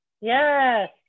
Yes